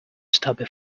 stubby